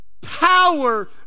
Power